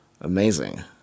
amazing